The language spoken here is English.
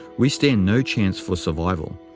we stand no chance for survival,